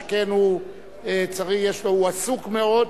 שכן הוא עסוק מאוד,